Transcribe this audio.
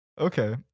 Okay